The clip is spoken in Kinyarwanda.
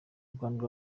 rwanda